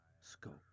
Scope